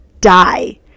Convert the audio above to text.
die